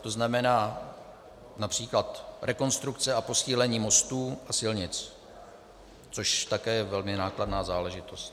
To znamená například rekonstrukce a posílení mostů a silnic, což také je velmi nákladná záležitost.